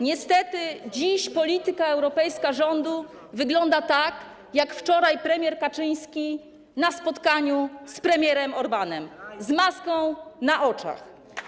Niestety dziś polityka europejska rządu wygląda tak, jak wczoraj premier Kaczyński na spotkaniu z premierem Orbanem - z maską na oczach.